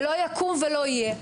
לא יקום ולא יהיה,